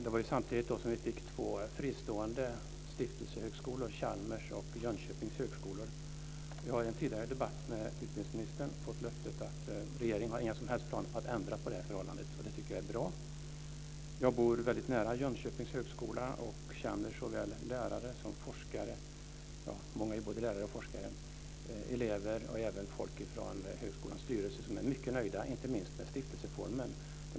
Det var samtidigt som vi fick två fristående stiftelsehögskolor, Chalmers och Jönköpings högskolor. Jag har i en tidigare debatt med utbildningsministern fått löftet att regeringen inte har några som helst planer på att ändra på det förhållandet. Det tycker jag är bra. Jag bor mycket nära Jönköpings högskola och känner såväl lärare som forskare - många är både lärare och forskare - och elever liksom även människor ur högskolans styrelse som är mycket nöjda, inte minst med stiftelseformen.